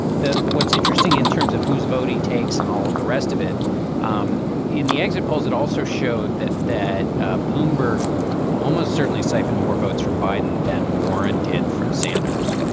what's interesting in terms of whose vote he takes in all of the rest of it um in the exit polls, it also showed that that ah bloomberg almost certainly siphoned more votes from biden than warren did from sanders.